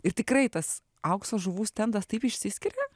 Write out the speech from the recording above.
ir tikrai tas aukso žuvų stendas taip išsiskiria